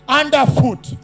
underfoot